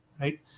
right